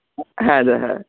হ্যাঁ দাদা হ্যাঁ